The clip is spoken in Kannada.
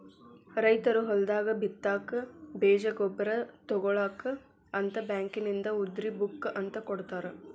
ರೈತರು ಹೊಲದಾಗ ಬಿತ್ತಾಕ ಬೇಜ ಗೊಬ್ಬರ ತುಗೋಳಾಕ ಅಂತ ಬ್ಯಾಂಕಿನಿಂದ ಉದ್ರಿ ಬುಕ್ ಅಂತ ಕೊಡತಾರ